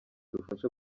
dufashe